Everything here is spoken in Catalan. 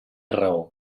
raó